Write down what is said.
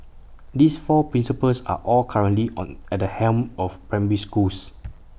these four principals are all currently on at the helm of primary schools